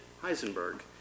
Heisenberg